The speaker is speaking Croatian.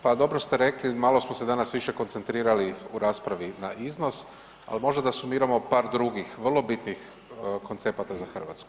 Pa dobro ste rekli, malo smo se danas više koncentrirali u raspravi na iznos, ali možda da sumiramo par drugih vrlo bitnih koncepata za Hrvatsku.